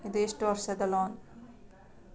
ಇದು ಎಷ್ಟು ವರ್ಷದ ಲೋನ್?